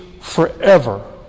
forever